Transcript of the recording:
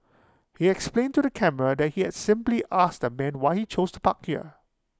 he explained to the camera that he had simply asked the man why he chose to park here